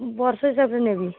ବର୍ଷେ ଯାକ ନେବି